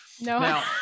No